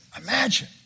imagine